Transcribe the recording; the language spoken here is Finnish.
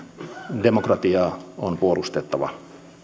demokratiaa on puolustettava